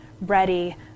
ready